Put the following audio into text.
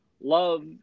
love